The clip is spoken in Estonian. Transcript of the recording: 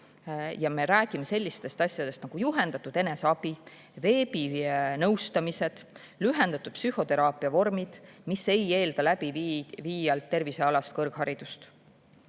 Ja me räägime sellistest asjadest nagu juhendatud eneseabi, veebinõustamised, lühendatud psühhoteraapia vormid, mis ei eelda läbiviijalt tervisealast kõrgharidust.